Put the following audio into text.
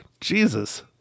Jesus